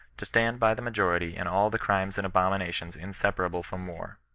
to stand by the ma jority in all the crimes and abominations inseparable from war.